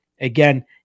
again